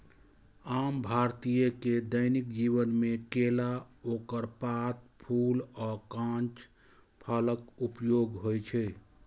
आम भारतीय के दैनिक जीवन मे केला, ओकर पात, फूल आ कांच फलक उपयोग होइ छै